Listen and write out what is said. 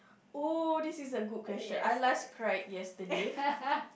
oh this is a good question I last cried yesterday